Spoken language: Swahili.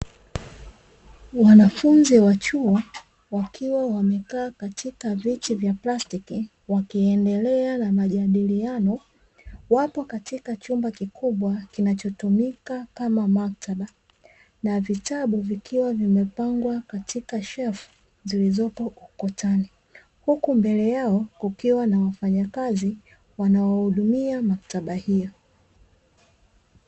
Wanafunzi wa chuo wakiwa wamekaa katika viti vya plastiki, wakiendelea na majadiliano ,wapo katika chumba kikubwa kunachotumika kama maktaba na vitabu vikiwa vimepangwa katika shelfu zilizopo ukutani, huku mbele yao kukiwa na wafanyakazi wanaohudumia maktaba hiyo.